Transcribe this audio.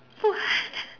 what